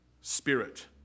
spirit